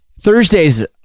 Thursday's